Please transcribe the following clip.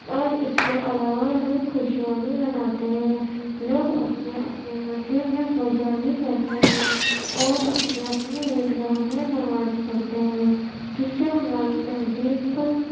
اور اس کے علاوہ لوگ خوشیاں بھی مناتے ہیں لوگ اپنے اپنے مندر میں پوجا بھی کرتے ہیں اور اپنی اپنی عید گاہ میں نماز پڑھتے ہیں جس سے ہماری تہذیب کا